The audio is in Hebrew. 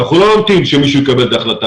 אנחנו לא נמתין שמישהו יקבל את ההחלטה